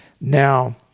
Now